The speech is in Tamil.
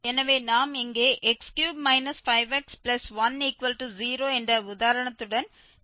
எனவே நாம் இங்கே x3 5x10 என்ற உதாரணத்துடன் செல்வோம்